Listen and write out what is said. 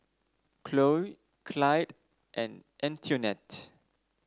Cloe Clide and Antionette